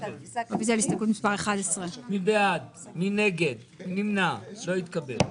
הצבעה הרוויזיה לא נתקבלה הרוויזיה לא התקבלה.